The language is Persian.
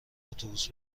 اتوبوس